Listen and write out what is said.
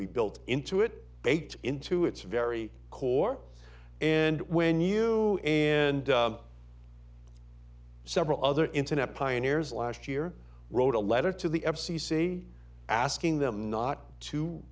built into it baked into its very core and when you and several other internet pioneers last year wrote a letter to the f c c asking them not to